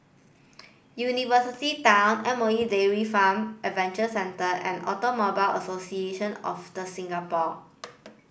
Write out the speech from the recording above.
University Town M O E Dairy Farm Adventure Centre and Automobile Association of The Singapore